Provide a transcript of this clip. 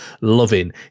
loving